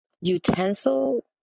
utensil